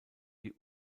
die